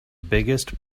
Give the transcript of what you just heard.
biggest